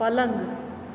પલંગ